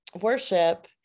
worship